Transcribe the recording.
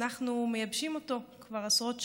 אנחנו מייבשים אותו כבר עשרות שנים.